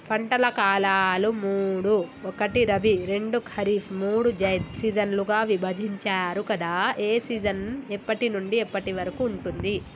పంటల కాలాలు మూడు ఒకటి రబీ రెండు ఖరీఫ్ మూడు జైద్ సీజన్లుగా విభజించారు కదా ఏ సీజన్ ఎప్పటి నుండి ఎప్పటి వరకు ఉంటుంది?